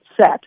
set